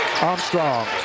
Armstrong